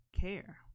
care